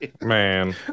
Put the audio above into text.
Man